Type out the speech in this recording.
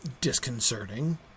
disconcerting